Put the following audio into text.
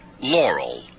Laurel